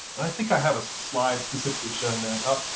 and i think i have a slide specifically showing up.